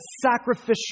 sacrificial